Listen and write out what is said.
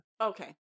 Okay